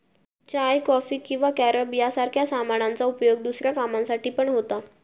चाय, coffee किंवा carob सारख्या सामानांचा उपयोग दुसऱ्या कामांसाठी पण होता